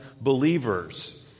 believers